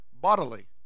bodily